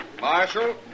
Marshal